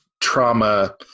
trauma